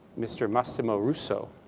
mr. massimo russo,